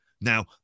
Now